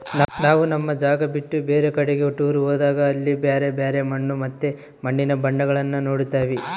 ನಾವು ನಮ್ಮ ಜಾಗ ಬಿಟ್ಟು ಬೇರೆ ಕಡಿಗೆ ಟೂರ್ ಹೋದಾಗ ಅಲ್ಲಿ ಬ್ಯರೆ ಬ್ಯರೆ ಮಣ್ಣು ಮತ್ತೆ ಮಣ್ಣಿನ ಬಣ್ಣಗಳನ್ನ ನೋಡ್ತವಿ